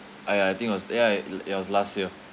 I I think was ya i~ it was last year